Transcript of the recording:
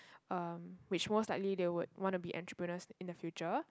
um which most likely they would want to be entrepreneurs in the future